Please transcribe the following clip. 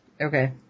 Okay